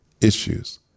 issues